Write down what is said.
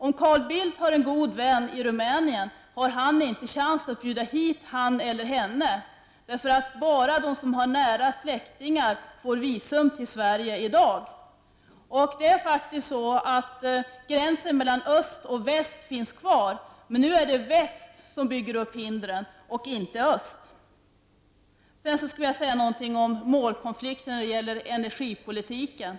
Om Carl Bildt har en god vän i Rumänien har Carl Bildt inte möjlighet att bjuda hit honom eller henne -- bara de som har nära släktingar här får i dag visum till Sverige. Gränsen mellan öst och väst finns kvar, men nu är det väst som bygger upp hindren och inte öst. Sedan skulle jag vilja säga några ord om målkonflikten när det gäller energipolitiken.